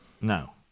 No